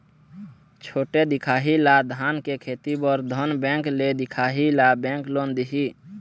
छोटे दिखाही ला धान के खेती बर धन बैंक ले दिखाही ला बैंक लोन दिही?